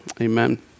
Amen